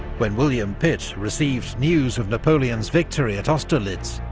when william pitt received news of napoleon's victory at austerlitz,